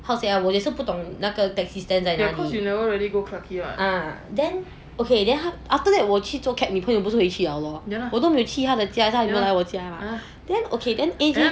how to say ah 我也是不懂那个 taxi stand 在那里 then after 我坐 cab 你朋友不是回去了 lor 我都没有去他的家他也没有来我家 mah then okay then A_J